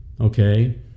okay